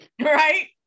right